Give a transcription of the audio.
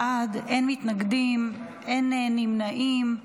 11 בעד, אין מתנגדים, אין נמנעים.